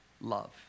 love